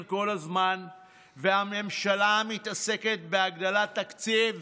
כל הזמן והממשלה מתעסקת בהגדלת תקציב